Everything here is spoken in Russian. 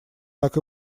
так